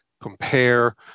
compare